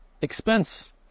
expense